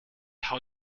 how